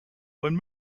when